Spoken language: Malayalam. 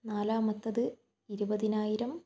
നാലാമത്തത് ഇരുപതിനായിരം